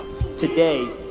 Today